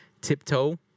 tiptoe